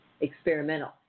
experimental